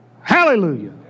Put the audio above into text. Hallelujah